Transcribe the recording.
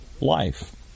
life